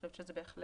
אני חושבת שבהחלט